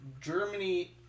Germany